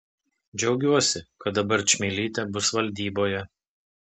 džiaugiuosi kad dabar čmilytė bus valdyboje